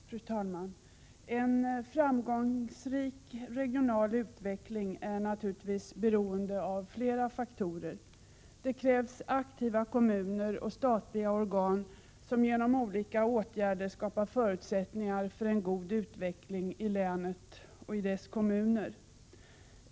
Fru talman! En framgångsrik regional utveckling är naturligtvis beroende av flera faktorer. Det krävs aktiva kommuner och statliga organ som genom olika åtgärder skapar förutsättningar för en god utveckling i länet och i dess kommuner.